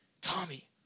Tommy